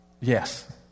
Yes